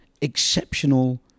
exceptional